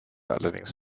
allerdings